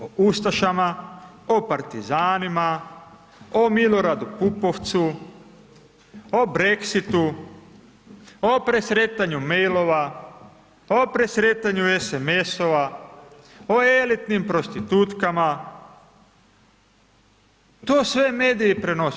O ustašama, o partizanima, o Miloradu Pupovcu, o Brexitu o presretanju mailova, o presretanju SMS-ova, o elitinim prostitutkama, to sve mediji prenose.